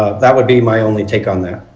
ah that would be my only take on that?